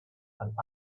and